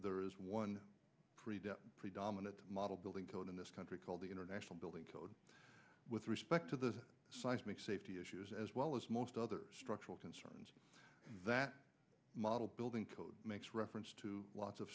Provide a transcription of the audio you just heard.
there is one predominant model building code in this country called the international building code with respect to the seismic safety issues as well as most other structural concerns that model building codes makes reference to lots of